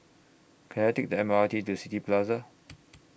Can I Take The M R T to City Plaza